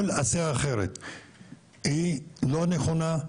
כל עשייה אחרת היא לא נכונה,